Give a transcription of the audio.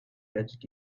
touched